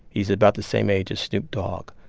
he's about the same age as snoop dog.